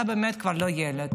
אתה באמת כבר לא ילד,